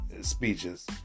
speeches